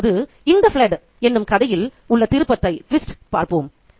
இப்போது 'in the flood' என்னும் கதையில் உள்ள திருப்பத்தைப் பார்ப்போம்